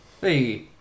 hey